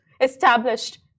established